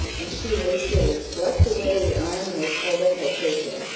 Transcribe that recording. and she hastily plucked away the arm miss holdup had taken,